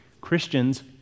Christians